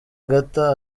agata